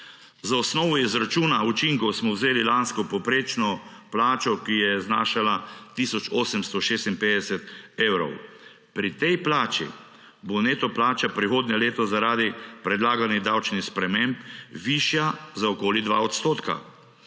Za osnovo izračuna učinkov smo vzeli lansko povprečno plačo, ki je znašala tisoč 856 evrov. Pri tej plači bo neto plača prihodnje leto zaradi predlaganih davčnih sprememb višja za okoli dva odstotka.